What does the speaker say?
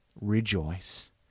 rejoice